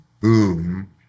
boom